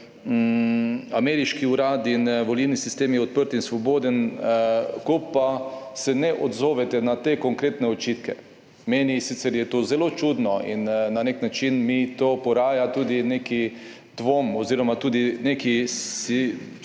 ameriški urad in volilni sistem je odprt in svoboden, ko pa se ne odzovete na te konkretne očitke. Meni sicer je to zelo čudno in na nek način mi to poraja tudi neki dvom oziroma tudi neki si